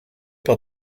par